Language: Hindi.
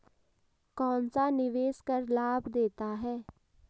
कौनसा निवेश कर लाभ देता है?